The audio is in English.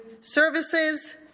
Services